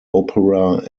opera